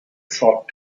thought